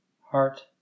heart